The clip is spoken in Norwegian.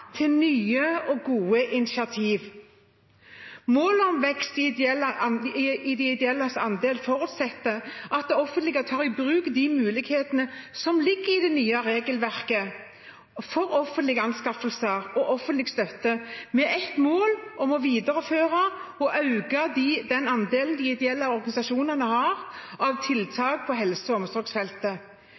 til nye og gode initiativ. Målet om vekst i de ideelles andel forutsetter at det offentlige tar i bruk de mulighetene som ligger i det nye regelverket for offentlige anskaffelser og offentlig støtte, med et mål om å videreføre og øke den andelen de ideelle organisasjonene har av tiltak på helse- og omsorgsfeltet.